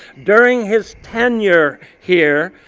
during his tenure here,